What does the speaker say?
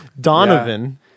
Donovan